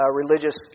religious